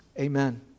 amen